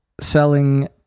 selling